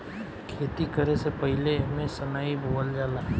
खेती करे से पहिले एमे सनइ बोअल जाला